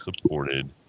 supported